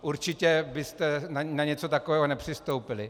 Určitě byste na něco takového nepřistoupili.